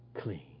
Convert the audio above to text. clean